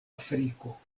afriko